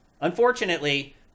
unfortunately